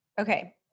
Okay